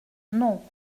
non